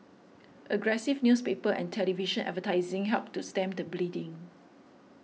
aggressive newspaper and television advertising helped to stem the bleeding